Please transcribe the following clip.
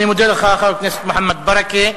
אני מודה לך, חבר הכנסת מוחמד ברכה.